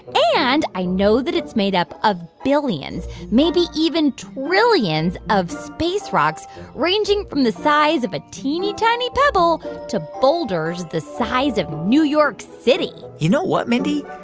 and i know that it's made up of billions maybe even trillions of space rocks ranging from the size of a teeny-tiny pebble to boulders the size of new york city you know what, mindy?